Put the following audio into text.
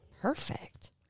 Perfect